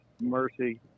Mercy